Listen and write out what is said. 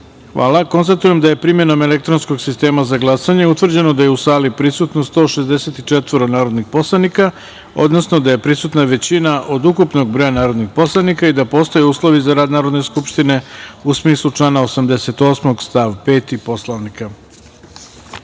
Hvala. Konstatujem da je primenom elektronskog sistema za glasanje utvrđeno da je u sali prisutno 164 narodnih poslanika, odnosno da je prisutna većina od ukupnog broja narodnih poslanika i da postoje uslovi za rad Narodne skupštine, u smislu člana 88. stav 5. Poslovnika. Da